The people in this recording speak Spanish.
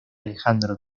alejandro